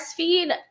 breastfeed